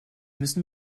müssen